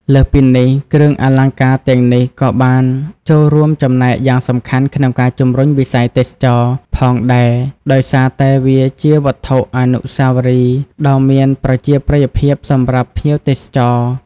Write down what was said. លើសពីនេះ គ្រឿងអលង្ការទាំងនេះក៏បានចូលរួមចំណែកយ៉ាងសំខាន់ក្នុងការ ជំរុញវិស័យទេសចរណ៍ ផងដែរ ដោយសារតែវាជាវត្ថុអនុស្សាវរីយ៍ដ៏មានប្រជាប្រិយភាពសម្រាប់ភ្ញៀវទេសចរ។